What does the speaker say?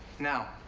now,